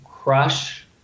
crush